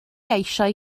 eisiau